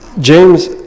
James